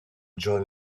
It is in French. john